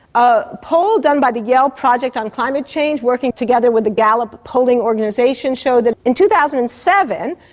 a poll done by the yale project on climate change working together with the gallup polling organisation showed that in two thousand and seven,